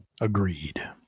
Agreed